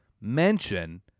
mention